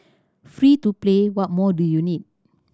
free to play what more do you need